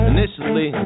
Initially